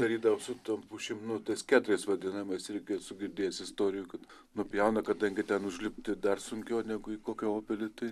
darydavo su tom pušim nu tais kedrais vadinamais irgi esu girdėjęs istorijų kad nupjauna kadangi ten užlipti dar sunkiau negu į kokią obelį tai